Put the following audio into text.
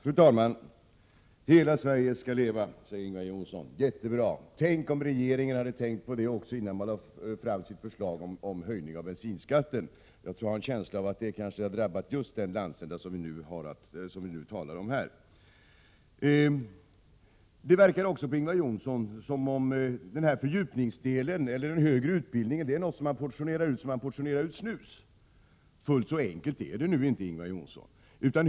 Fru talman! Hela Sverige skall leva, sade Ingvar Johnsson. Jättebra! Det borde regeringen ha tänkt på innan den lade fram sitt förslag om en höjning av bensinskatten. Jag har en känsla av att bensinskatten har drabbat just den landsända som vi nu talar om. Det verkar på Ingvar Johnsson som om den här fördjupningsdelen, den högre utbildningen, är något som man portionerar ut på samma sätt som man portionerar ut snus. Fullt så enkelt är det inte, Ingvar Johnsson.